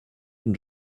than